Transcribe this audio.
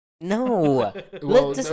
No